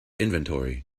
inventory